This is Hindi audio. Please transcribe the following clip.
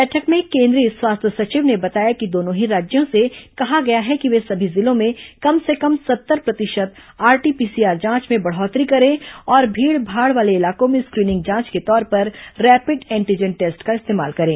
बैठक में केन्द्रीय स्वास्थ्य सचिव ने बताया कि दोनों ही राज्यों से कहा गया है कि वे सभी जिलों में कम से कम सत्तर प्रतिशत आरटी पीसीआर जांच में बढ़ोतरी करें और भीड़भाड़ वाले इलाकों में स्क्रीनिंग जांच के तौर पर रैपिड एंटीजन टेस्ट का इस्तोमाल करें